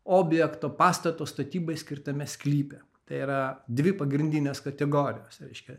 objekto pastato statybai skirtame sklype tai yra dvi pagrindinės kategorijos reiškia